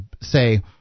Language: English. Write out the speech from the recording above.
say